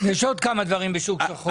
יש עוד כמה דברים בשוק שחור.